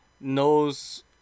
knows